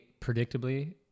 predictably